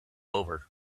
over